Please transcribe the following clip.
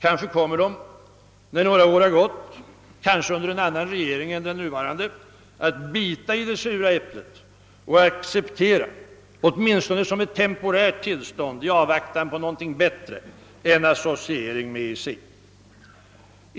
Kanske kommer de, när några år har gått, kanske under annan regering än den nuvarande, att bita i det sura äpplet och acceptera, åtminstone som ett temporärt tillstånd i avvaktan på någonting bättre, en associering med EEC.